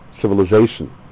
civilization